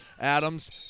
Adams